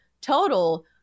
total